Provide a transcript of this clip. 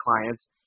clients